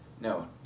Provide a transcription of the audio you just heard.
No